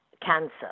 cancer